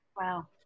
Wow